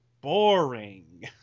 boring